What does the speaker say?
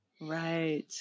Right